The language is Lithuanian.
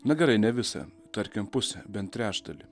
na gerai ne visą tarkim pusę bent trečdalį